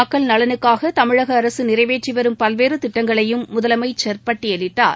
மக்கள் நலனுக்காகதமிழகஅரசுநிறைவேற்றிவரும் பல்வேறுதிட்டங்களையும் முதலமைச்சர் பட்டயலிட்டார்